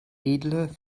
edle